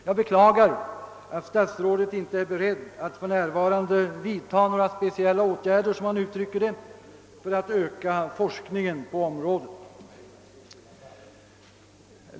Jag beklagar att statsrådet säger sig för närvarande inte vara beredd att vidta några speciella åtgärder för att öka forskningen på området.